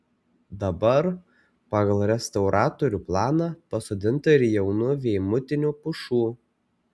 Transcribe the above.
dabar pagal restauratorių planą pasodinta ir jaunų veimutinių pušų